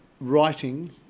writing